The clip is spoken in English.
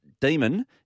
Demon